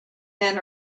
men